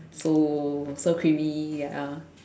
so so creamy ya